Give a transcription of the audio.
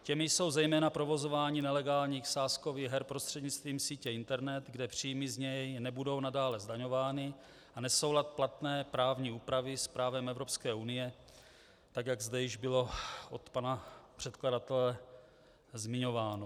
Těmi jsou zejména provozování nelegálních sázkových her prostřednictvím sítě internet, kde příjmy z něj nebudou nadále zdaňovány, a nesoulad platné právní úpravy s právem Evropské unie, tak jak zde již bylo od pana předkladatele zmiňováno.